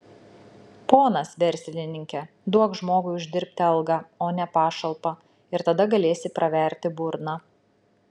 ponas verslininke duok žmogui uždirbti algą o ne pašalpą ir tada galėsi praverti burną